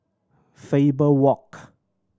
Faber Walk